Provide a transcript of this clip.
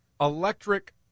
electric